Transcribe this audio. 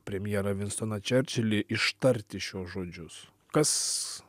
premjerą vinstoną čerčilį ištarti šiuos žodžius kas